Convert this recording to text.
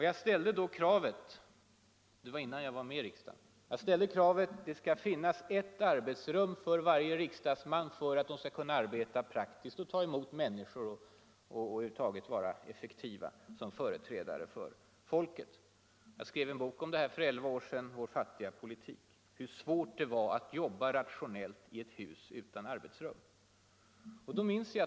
Jag ställde då kravet — det var innan jag var med i riksdagen — att det skall finnas ett arbetsrum för varje riksdagsman för att riksdagsledamöterna skall kunna arbeta praktiskt, ta emot människor och över huvud taget vara effektiva som företrädare för folket. Jag skrev en bok om det här för elva år sedan, Vår fattiga politik, där jag skildrade hur svårt det var att jobba rationellt i ett hus utan arbetsrum.